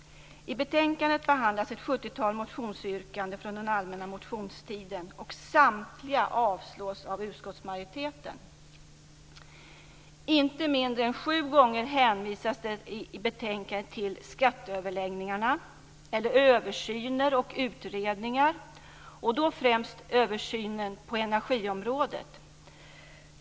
I betänkandet behandlas ett sjuttiotal motionsyrkanden från den allmänna motionstiden. Samtliga avslås av utskottsmajoriteten. Inte mindre än sju gånger hänvisas det i betänkandet till skatteöverläggningarna eller översyner och utredningar - och då främst översyner på energiområdet.